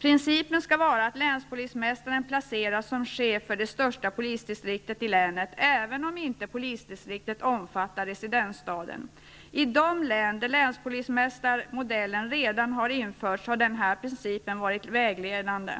Principen skall vara att länspolismästaren placeras som chef för det största polisdistriktet i länet, även om inte polisdistriktet omfattar residensstaden. I de län där länspolismästarmodellen redan har införts har denna princip varit vägledande.